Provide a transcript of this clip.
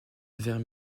vers